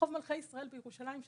במלכי ישראל בירושלים,